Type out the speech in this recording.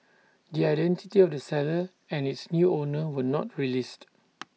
the identity of the seller and its new owner were not released